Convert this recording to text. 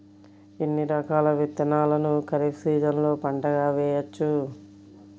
ఎన్ని రకాల విత్తనాలను ఖరీఫ్ సీజన్లో పంటగా వేయచ్చు?